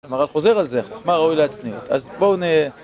אבל חוזר על זה, חכמה ראוי לעצמיות, אז בואו נ...